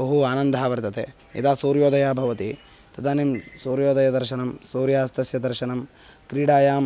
बहु आनन्दः वर्तते यदा सूर्योदयः भवति तदानीं सूर्योदयदर्शनं सूर्यास्तस्य दर्शनं क्रीडायां